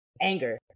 Anger